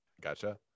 Gotcha